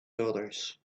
dollars